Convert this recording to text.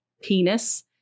penis